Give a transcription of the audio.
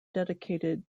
dedicated